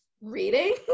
reading